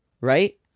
right